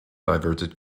diverted